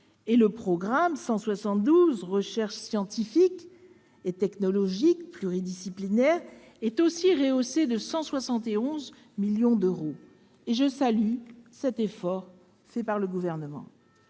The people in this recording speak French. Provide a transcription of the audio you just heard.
Le programme 172, « Recherches scientifiques et technologiques pluridisciplinaires », est quant à lui rehaussé de 171 millions d'euros. Je salue l'effort fait par le Gouvernement.